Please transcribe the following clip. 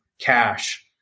cash